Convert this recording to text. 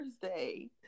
Thursday